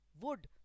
wood